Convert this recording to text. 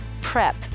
prep